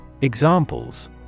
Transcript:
Examples